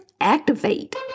Activate